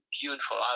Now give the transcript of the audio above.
beautiful